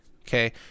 Okay